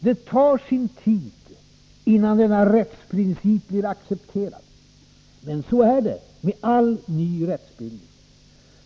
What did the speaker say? Det tar sin tid innan denna rättsprincip blir accepterad, men så är det med all ny rättsbildning.